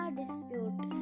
dispute